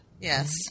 Yes